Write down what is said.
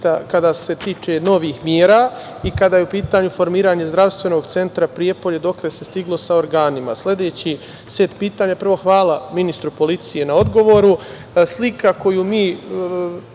što se tiče novih mera i kada je u pitanju formiranje zdravstvenog centra Prijepolje dokle se stiglo sa organima. Sledeći set pitanja. Prvo, hvala ministru policije na odgovoru.